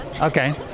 Okay